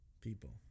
people